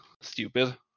stupid